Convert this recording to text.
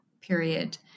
period